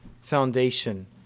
foundation